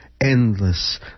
endless